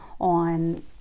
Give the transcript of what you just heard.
on